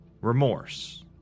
remorse